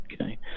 Okay